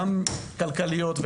גם כלכליות.